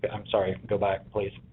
but i'm sorry, go back please.